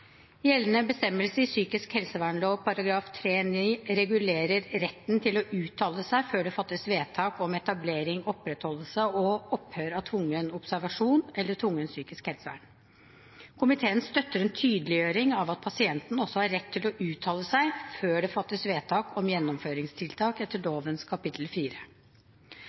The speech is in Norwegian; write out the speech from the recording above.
Gjeldende bestemmelse i psykisk helsevernloven § 3-9 regulerer retten til å uttale seg før det fattes vedtak om etablering, opprettholdelse og opphør av tvungen observasjon eller tvungent psykisk helsevern. Komiteen støtter en tydeliggjøring av at pasienten også har rett til å uttale seg før det fattes vedtak om gjennomføringstiltak etter lovens kapittel